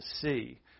see